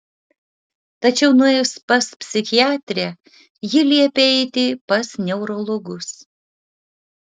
tačiau nuėjus pas psichiatrę ji liepė eiti pas neurologus